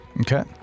Okay